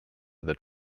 that